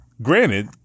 Granted